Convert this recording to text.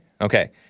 Okay